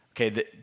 Okay